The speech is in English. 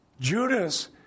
Judas